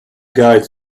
guides